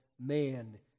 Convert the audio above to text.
man